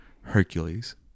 Hercules